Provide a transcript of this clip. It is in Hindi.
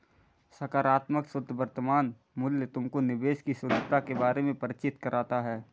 सकारात्मक शुद्ध वर्तमान मूल्य तुमको निवेश की शुद्धता के बारे में परिचित कराता है